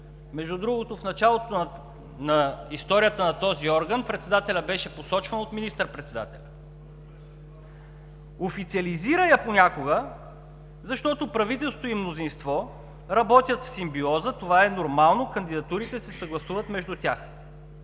Между другото, в началото на историята на този орган председателят беше посочван от министър-председателя. Официализира я понякога, защото правителство и мнозинство работят в симбиоза, а това е нормално, кандидатурите да се съгласуват между тях.